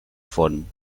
font